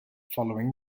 following